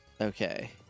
Okay